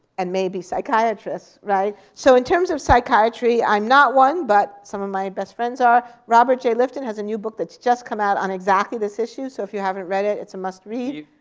and maybe psychiatrists, right? so in terms of psychiatry, i'm not one, but some of my best friends are. robert jay lifton has a new book that's just come out on exactly this issue. so if you haven't read it, it's a must read.